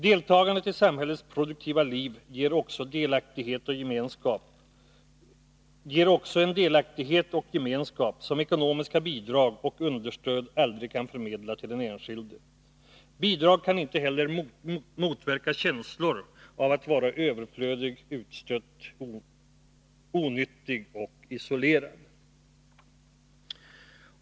Deltagandet i samhällets produktiva liv ger också en delaktighet och en gemenskap, som ekonomiska bidrag och understöd aldrig kan förmedla till den enskilde. Bidrag kan inte heller motverka känslor av att vara överflödig, utstött, onyttig och isolerad.